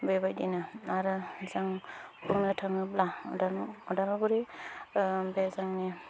बेबायदिनो आरो जों बुंनो थाङोब्ला उदालगुरि बे जोंनि